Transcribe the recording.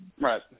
Right